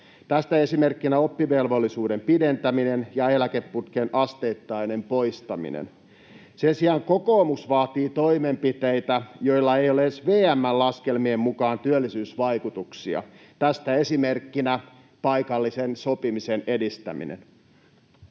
Tästä esimerkkinä oppivelvollisuuden pidentäminen ja eläkeputken asteittainen poistaminen. Sen sijaan kokoomus vaatii toimenpiteitä, joilla ei ole edes VM:n laskelmien mukaan työllisyysvaikutuksia. Tästä esimerkkinä paikallisen sopimisen edistäminen.